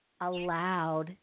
allowed